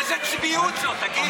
איזו צביעות זאת, תגיד.